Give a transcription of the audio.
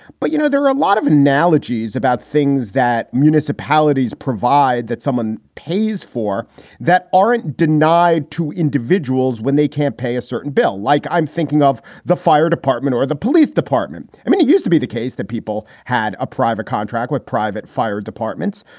but, you know, there are a lot of analogies about things that municipalities provide that someone pays for that aren't denied to individuals when they can't pay a certain bill, like i'm thinking of the fire department or the police department. i mean, it used to be the case that people had a private contract with private fire departments.